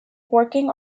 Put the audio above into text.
working